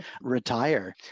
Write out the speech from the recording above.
retire